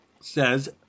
says